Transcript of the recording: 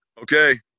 okay